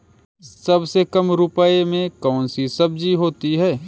सबसे कम रुपये में कौन सी सब्जी होती है?